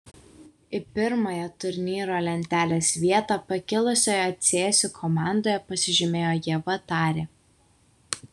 į pirmąją turnyro lentelės vietą pakilusioje cėsių komandoje pasižymėjo ieva tarė